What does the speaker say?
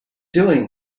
doing